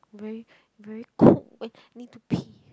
very very co~ eh need to pee